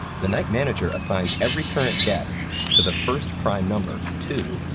the night manager assigns every current guest to the first prime number, two,